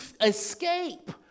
escape